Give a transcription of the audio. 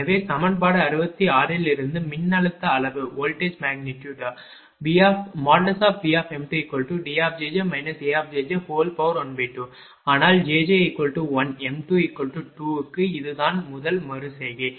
எனவே சமன்பாடு 66 இலிருந்து மின்னழுத்த அளவு Vm2Djj A12 ஆனால் jj1 m22 க்கு இதுதான் முதல் மறு செய்கை